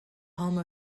home